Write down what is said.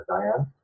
Diane